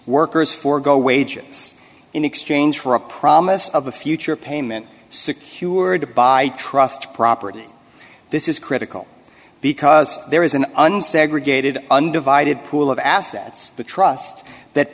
workers forego wages in exchange for a promise of a future payment secured to buy trust property this is critical because there is an unsavory gated undivided pool of assets the trust that